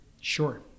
Sure